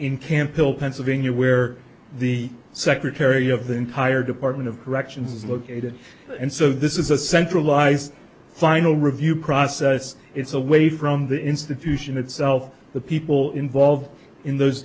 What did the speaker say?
in camp hill pennsylvania where the secretary of the entire department of corrections is located and so this is a centralized final review process it's a way from the institution itself the people involved in those